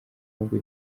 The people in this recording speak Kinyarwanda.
ahubwo